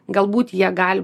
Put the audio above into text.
galbūt jie gali